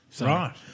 right